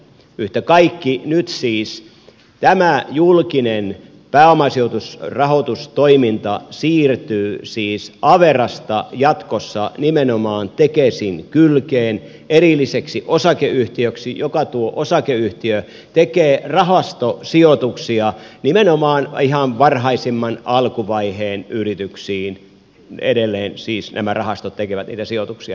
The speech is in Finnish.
yhtä kaikki nyt siis tämä julkinen pääomasijoitusrahoitustoiminta siirtyy averasta jatkossa nimenomaan tekesin kylkeen erilliseksi osakeyhtiöksi joka tekee rahastosijoituksia nimenomaan ihan varhaisimman alkuvaiheen yrityksiin edelleen siis nämä rahastot tekevät niitä sijoituksia